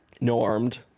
no-armed